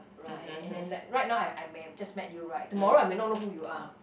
right and then like right now I I may have just met you write tomorrow I may not know who you are